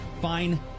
fine